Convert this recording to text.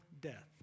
death